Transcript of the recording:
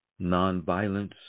Nonviolence